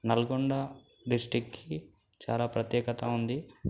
నల్గొండ డిస్టిక్కి చాలా ప్రత్యేకత ఉంది